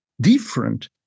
different